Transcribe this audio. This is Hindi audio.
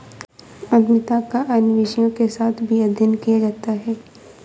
उद्यमिता का अन्य विषयों के साथ भी अध्ययन किया जाता है